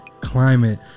climate